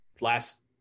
last